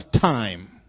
time